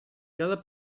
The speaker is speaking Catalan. cada